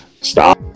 Stop